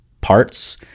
parts